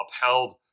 upheld